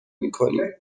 میکنیم